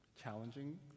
challenging